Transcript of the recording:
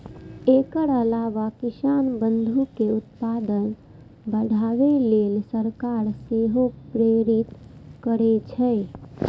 एकर अलावा किसान बंधु कें उत्पादन बढ़ाबै लेल सरकार सेहो प्रेरित करै छै